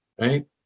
right